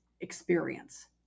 experience